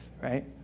right